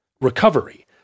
recovery